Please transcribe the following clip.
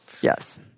Yes